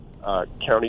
County